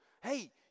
Hey